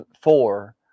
four